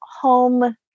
home